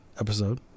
episode